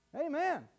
Amen